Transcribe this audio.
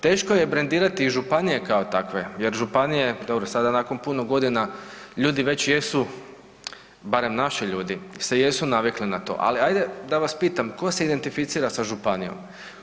Teško je brendirati i županije kao takve jer županije, dobro sada nakon puno godina ljudi već jesu, barem naši ljudi se jesu navikli na to, ali ajde da vas pitam, ko se identificira sa županijom?